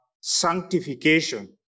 sanctification